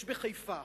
יש בחיפה